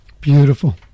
Beautiful